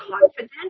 confident